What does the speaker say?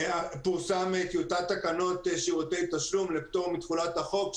פורסמה טיוטת תקנות שירותי תשלום לפטור מתחולת החוק,